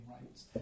rights